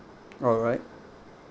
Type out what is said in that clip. alright